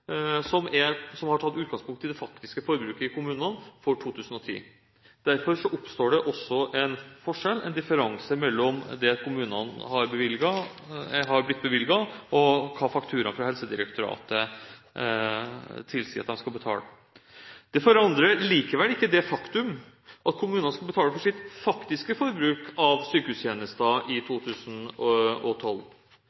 som har tatt utgangspunkt i det faktiske forbruket i kommunene for 2010. Derfor oppstår det også en forskjell – en differanse – mellom det kommunene har blitt bevilget, og det fakturaen fra Helsedirektoratet tilsier at de skal betale. Det forandrer likevel ikke det faktum at kommunene skal betale for sitt faktiske forbruk av sykehustjenester i